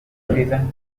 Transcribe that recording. reason